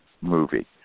movie